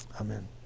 Amen